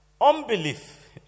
unbelief